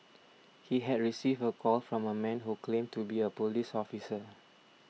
he had received a call from a man who claimed to be a police officer